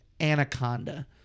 Anaconda